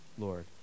lord